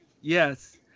Yes